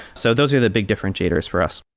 so those are the big differentiators for us.